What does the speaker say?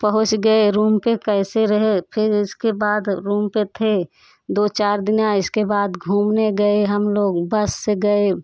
पहुँच गए रूम पे कैसे रहे फिर इसके बाद रूम पे थे दो चार दिना इसके बाद घूमने गए हम लोग बस से गए